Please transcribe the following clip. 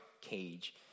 cage